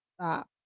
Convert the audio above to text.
stop